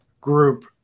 group